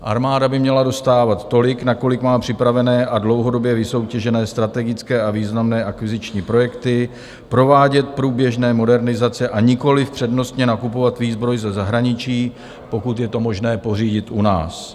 Armáda by měla dostávat tolik, na kolik má připravené a dlouhodobě vysoutěžené strategické a významné akviziční projekty, provádět průběžné modernizace, a nikoliv přednostně nakupovat výzbroj ze zahraničí, pokud je to možné pořídit u nás.